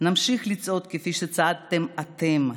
נמשיך לצעוד כפי שצעדתם אתם,